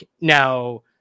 now